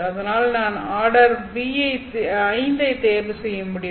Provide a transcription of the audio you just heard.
அதனால் நான் order v ஐ தேர்வு செய்ய முடியும்